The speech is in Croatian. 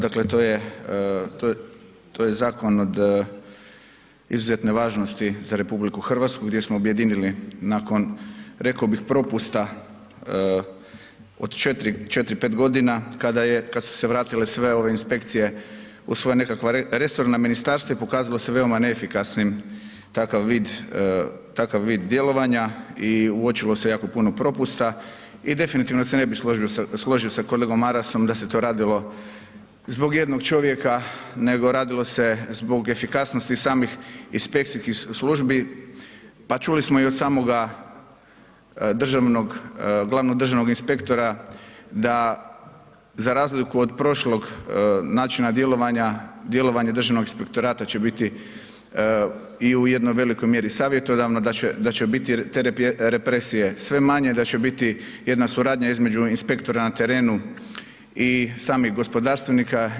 Dakle, to je zakon od izuzetne važnosti za RH, gdje smo objedinili nakon, rekao bih, propusta, od 4, 5 godina, kad su se vratile sve ove inspekcije u svoje nekakva resorna ministarstva i pokazalo se veoma neefikasnim takav vid djelovanja i uočilo se jako puno propusta i definitivno se ne bih složio sa kolegom Marasom da se to radilo zbog jednog čovjeka, nego radilo se zbog efikasnosti samih inspekcijskih službi, pa čuli smo i od samoga glavnog državnog inspektora da, za razliku od prošlog načina djelovanja, djelovanje Državnog inspektorata će biti i u jednoj velikoj mjeri savjetodavno, da će biti te represije sve manje i da će biti jedna suradnja između inspektora na terenu i samih gospodarstvenika.